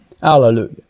Hallelujah